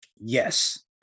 yes